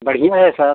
बढ़िया है सर